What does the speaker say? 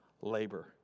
labor